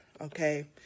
okay